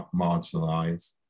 marginalized